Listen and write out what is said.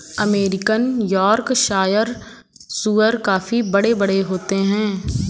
American Yorkshire सूअर काफी बड़े बड़े होते हैं